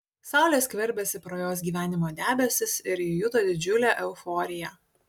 saulė skverbėsi pro jos gyvenimo debesis ir ji juto didžiulę euforiją